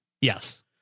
Yes